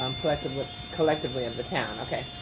um collectively collectively of the town, okay.